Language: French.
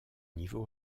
niveau